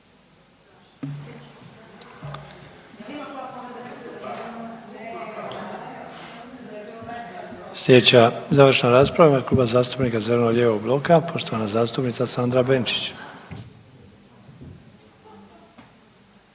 Slijedi rasprava u ime Kluba zastupnika zeleno-lijevog bloka poštovana zastupnica Sandra Benčić.